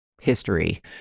history